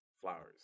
flowers